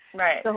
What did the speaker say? right? um